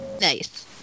Nice